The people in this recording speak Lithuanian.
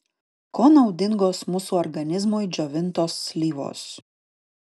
kuo naudingos mūsų organizmui džiovintos slyvos